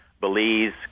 Belize